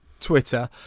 Twitter